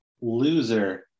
loser